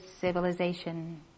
civilization